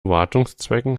wartungszwecken